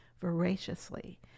voraciously